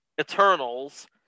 Eternals